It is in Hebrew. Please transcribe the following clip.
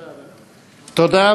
תודה.